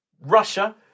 Russia